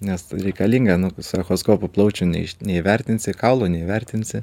nes reikalinga nu su echoskopu plaučių neiš neįvertinsi kaulų neįvertinsi